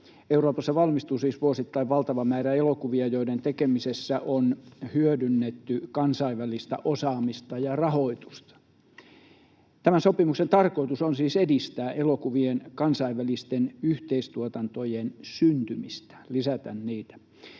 Euroopassa valmistuu siis vuosittain valtava määrä elokuvia, joiden tekemisessä on hyödynnetty kansainvälistä osaamista ja rahoitusta. Tämän sopimuksen tarkoitus on siis edistää elokuvien kansainvälisten yhteistuotantojen syntymistä, lisätä niitä.